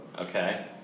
Okay